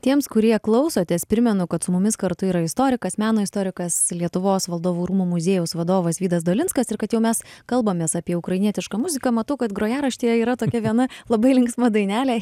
tiems kurie klausotės primenu kad su mumis kartu yra istorikas meno istorikas lietuvos valdovų rūmų muziejaus vadovas vydas dolinskas ir kad jau mes kalbamės apie ukrainietišką muziką matau kad grojaraštyje yra tokia viena labai linksma dainelė